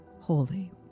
holy